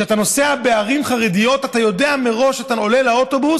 כשאתה נוסע בערים חרדיות אתה יודע מראש שכשאתה עולה לאוטובוס